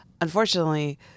unfortunately